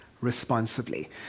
responsibly